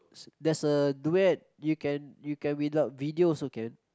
there's a duet you can you can without video also can